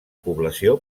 població